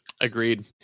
agreed